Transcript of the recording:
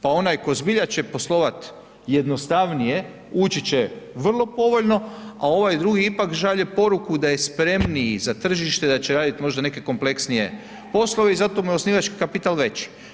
Pa onaj tko zbilja će poslovat jednostavnije ući će vrlo povoljno, a ovaj drugi ipak šalje poruku da je spremniji za tržište, da će radit možda neke kompleksnije poslove i zato mu je osnivački kapital veći.